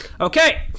Okay